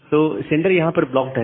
तो सेंडर यहां पर ब्लॉक्ड है